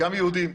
גם יהודים,